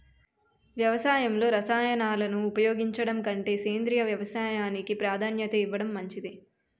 వ్యవసాయంలో రసాయనాలను ఉపయోగించడం కంటే సేంద్రియ వ్యవసాయానికి ప్రాధాన్యత ఇవ్వడం మంచిది